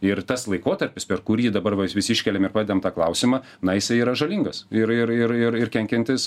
ir tas laikotarpis per kurį dabar va vis iškeliam ir pradedam tą klausimą na isiai yra žalingas ir ir ir ir ir kenkiantis